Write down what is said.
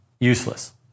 useless